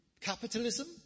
capitalism